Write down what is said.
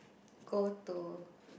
go to